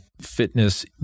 fitness